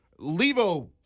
Levo